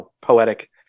poetic